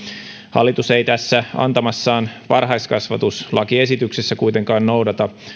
hallitus ei tässä antamassaan varhaiskasvatuslakiesityksessä kuitenkaan noudata